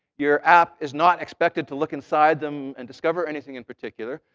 your app is not expected to look inside them and discover anything in particular.